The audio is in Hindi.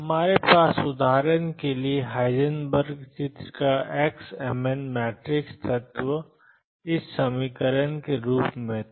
तो हमारे पास उदाहरण के लिए हाइजेनबर्ग चित्र का xmn मैट्रिक्स तत्व ∫mxndx के रूप में था